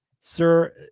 Sir